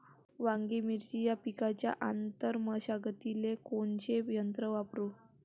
वांगे, मिरची या पिकाच्या आंतर मशागतीले कोनचे यंत्र वापरू?